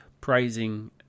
praising